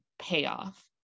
payoff